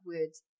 words